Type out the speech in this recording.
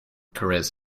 careers